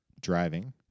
driving